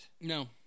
No